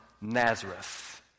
Nazareth